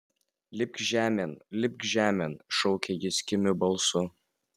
lipk žemėn lipk žemėn šaukė jis kimiu balsu